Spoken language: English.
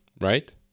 right